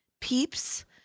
peeps